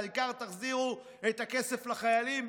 העיקר תחזירו את הכסף לחיילים.